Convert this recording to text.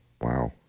Wow